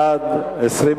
בעד,